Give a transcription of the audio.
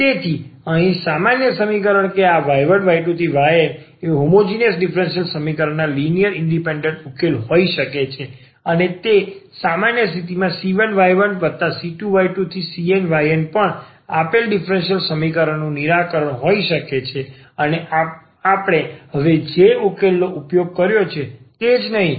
તેથી અહીં સામાન્યકરણ કે આ y1y2yn એ હોમોજીનીયસ ડીફરન્સીયલ સમીકરણના લિનિયર ઇન્ડિપેન્ડન્ટ ઉકેલો હોઈ શકે છે અને તે સ્થિતિમાંc1y1c2y2cnynપણ આપેલ ડીફરન્સીયલ સમીકરણનું નિરાકરણ હોઈ શકે છે અને આપણે હવે જે ઉકેલ નો ઉપયોગ કર્યો છે તે જ નહીં